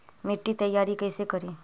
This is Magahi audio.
मिट्टी तैयारी कैसे करें?